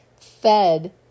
fed